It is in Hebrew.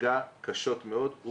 נפגע קשות מאוד,